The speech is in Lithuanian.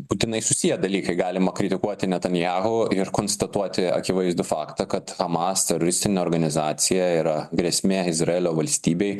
būtinai susiję dalykai galima kritikuoti netanjahu ir konstatuoti akivaizdų faktą kad hamas teroristinė organizacija yra grėsmė izraelio valstybei